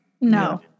No